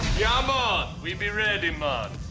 yeah, ah mon. we be ready, mon.